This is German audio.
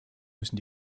müssen